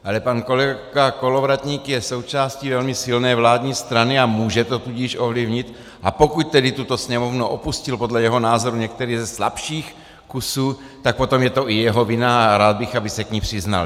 Ale pan kolega Kolovratník je součástí velmi silné vládní strany, a může to tudíž ovlivnit, a pokud tedy tuto Sněmovnu opustil podle jeho názoru některý ze slabších kusů, tak potom je to i jeho vina a rád bych, aby se k ní přiznal.